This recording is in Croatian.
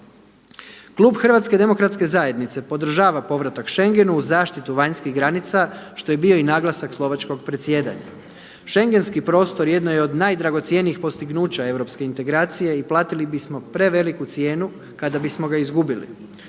Klub HDZ-a podržava povratak Schengenu uz zaštitu vanjskih granica što je bio i naglasak slovačkog predsjedanja. Schengenski prostor jedno je od najdragocjenijih postignuća europske integracije i platili bismo preveliku cijenu kada bismo ga izgubili.